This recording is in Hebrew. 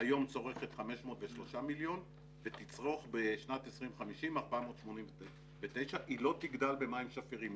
היום צורכת 503 מיליון ובשנת 2050 תצרוך 489. היא לא תגדל במים שפירים.